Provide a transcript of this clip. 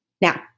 Now